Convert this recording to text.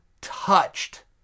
touched